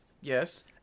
Yes